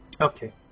Okay